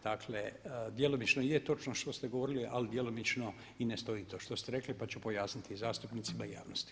Dakle, djelomično je točno što ste govorili ali djelomično i ne stoji to što ste rekli pa ću pojasniti zastupnicima i javnosti.